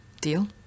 Deal